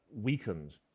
weakened